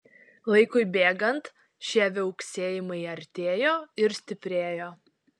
laikui bėgant šie viauksėjimai artėjo ir stiprėjo